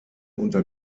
unter